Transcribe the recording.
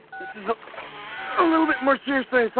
this is a a little bit more serious than i thought.